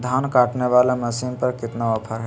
धान काटने वाला मसीन पर कितना ऑफर हाय?